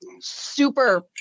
super